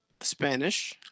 spanish